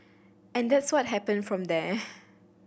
and that's what happened from there